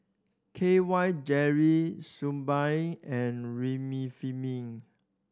K Y Jelly Suu Balm and Remifemin